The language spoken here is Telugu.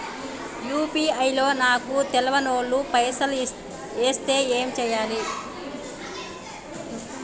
యూ.పీ.ఐ లో నాకు తెల్వనోళ్లు పైసల్ ఎస్తే ఏం చేయాలి?